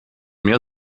mehr